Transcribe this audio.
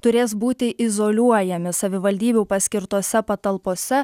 turės būti izoliuojami savivaldybių paskirtose patalpose